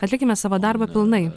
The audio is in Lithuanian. atlikime savo darbą pilnai